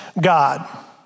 God